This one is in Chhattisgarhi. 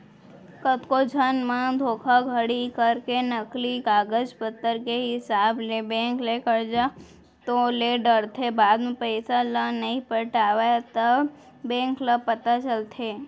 कतको झन मन धोखाघड़ी करके नकली कागज पतर के हिसाब ले बेंक ले करजा तो ले डरथे बाद म पइसा ल नइ पटावय तब बेंक ल पता चलथे